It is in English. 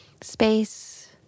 space